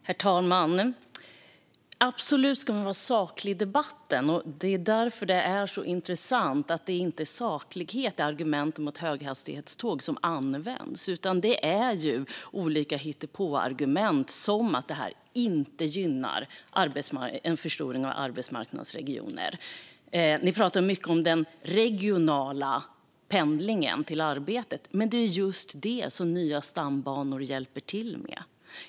Herr talman! Man ska absolut vara saklig i debatten, och därför är det så intressant att det inte används sakliga argument mot höghastighetståg utan olika hittepåargument, som att det inte gynnar en förstoring av arbetsmarknadsregioner. Ni pratar mycket om den regionala arbetspendlingen, Patrik Jönsson, och det är just den nya stambanor underlättar.